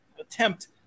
attempt